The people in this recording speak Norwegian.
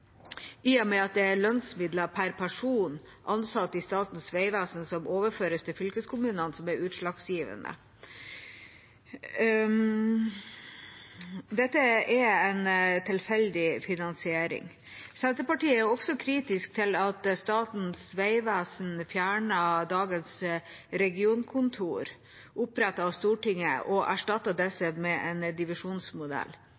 i og med at det er lønnsmidler per person ansatt i Statens vegvesen som overføres til fylkeskommunene, som er utslagsgivende. Dette er en tilfeldig finansiering. Senterpartiet er også kritisk til at Statens vegvesen fjerner dagens regionkontorer, opprettet av Stortinget, og